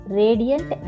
radiant